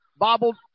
Bobbled